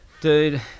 Dude